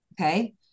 Okay